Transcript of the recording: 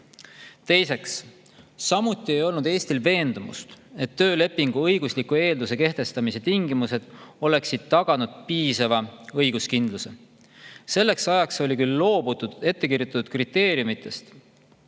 jaoks. Teiseks ei olnud Eestil veendumust, et töölepingu õigusliku eelduse kehtestamise tingimused oleksid taganud piisava õiguskindluse. Selleks ajaks oli küll loobutud ettekirjutatud kriteeriumitest